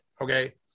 okay